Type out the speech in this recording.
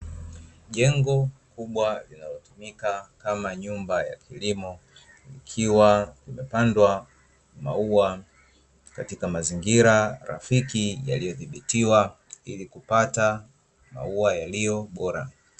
Jengo kubwa linalotumika kama nyumba ya kilimo likiwa limepandwa maua katika mazingira rafiki yaliyodhibitiwa ili kupata maua yaliyo bora.